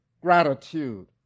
gratitude